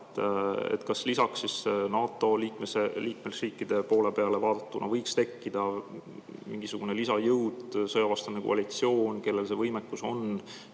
kas lisaks NATO liikmesriikide poole pealt vaadatuna võiks tekkida mingisugune lisajõud, sõjavastane koalitsioon, kellel see võimekus on,